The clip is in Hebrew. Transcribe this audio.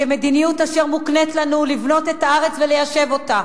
כמדיניות אשר מוקנית לנו לבנות את הארץ וליישב אותה.